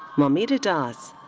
maumita das.